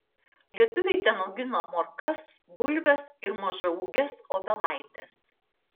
lietuviai ten augino morkas bulves ir mažaūges obelaites